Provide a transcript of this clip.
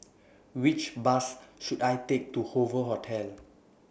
Which Bus should I Take to Hoover Hotel